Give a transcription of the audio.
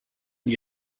die